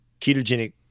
ketogenic